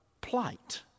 plight